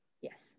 yes